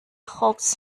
hawks